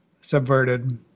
subverted